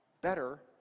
better